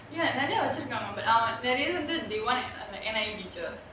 ya நெறய வச்சிருக்காங்க போல:neraya vachirukaanga pola they want N_I_E teachers